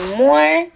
more